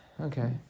Okay